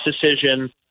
decision